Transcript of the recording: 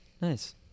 Nice